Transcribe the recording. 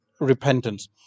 repentance